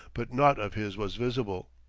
but naught of his was visible.